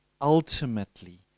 ultimately